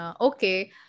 okay